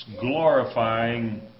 glorifying